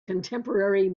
contemporary